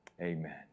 amen